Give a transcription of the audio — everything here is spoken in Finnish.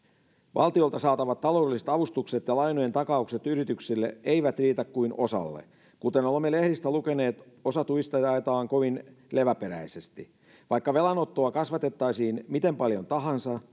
valtiolta saatavat taloudelliset avustukset ja lainojen takaukset yrityksille eivät riitä kuin osalle kuten olemme lehdistä lukeneet osa tuista jaetaan kovin leväperäisesti vaikka velanottoa kasvatettaisiin miten paljon tahansa